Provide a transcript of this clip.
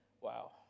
Wow